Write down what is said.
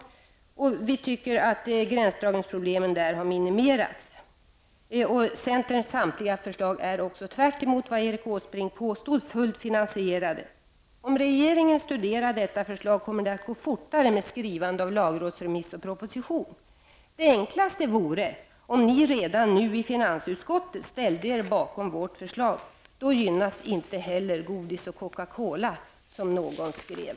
Centerns förslag är så utformat att eventuella gränsdragningsproblem minimeras. Centerns samtliga förslag är också, tvärtemot vad Åsbrink påstod, fullt finansierade. Om regeringen studerar detta förslag kommer det att gå fortare med skrivande av lagrådsremiss och proposition. Det enklaste vore om ni i finansutskottet redan nu ställde er bakom vårt förslag. Då gynnas inte heller godis och coca-cola, som någon skrev.